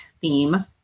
theme